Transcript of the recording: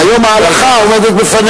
והיום ההלכה עומדת בפנינו.